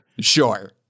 Sure